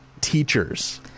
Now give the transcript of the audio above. teachers